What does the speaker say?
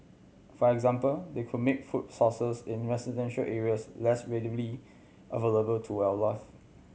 for example they could make food sources in residential areas less readily available to wildlife